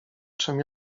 czym